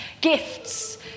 gifts